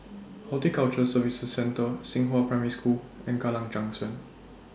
Horticulture Services Centre Xinghua Primary School and Kallang Junction